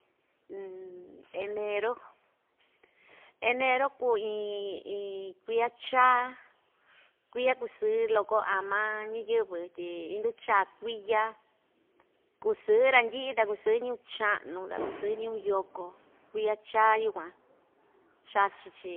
enero, enero kuu iin iin kuiya chaa kuiya kusɨɨ loko ama ñiyɨvɨ tyi indu‑chaa kuiya kusɨɨ randyi'i ta kusɨɨ ñɨvɨ cha'nu ta ta kusɨɨ ñɨvɨ yoko kuiya chaa yukuan chachi‑chi